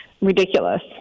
ridiculous